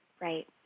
Right